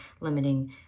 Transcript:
limiting